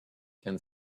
can